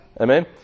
Amen